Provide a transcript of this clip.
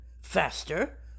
faster